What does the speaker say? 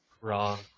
Wrong